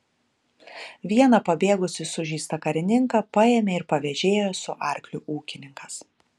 vieną pabėgusį sužeistą karininką paėmė ir pavėžėjo su arkliu ūkininkas